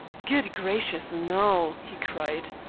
good gracious, no, he cried.